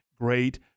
great